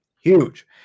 Huge